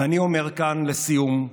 ואני אומר כאן לסיום: